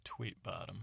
Tweetbottom